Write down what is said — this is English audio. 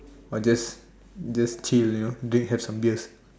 or just just chill you know drink have some beers